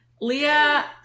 Leah